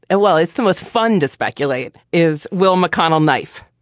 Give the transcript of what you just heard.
well, it's the most fun to speculate is will mcconnell knife?